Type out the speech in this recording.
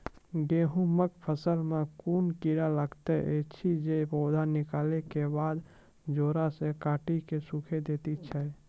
गेहूँमक फसल मे कून कीड़ा लागतै ऐछि जे पौधा निकलै केबाद जैर सऽ काटि कऽ सूखे दैति छै?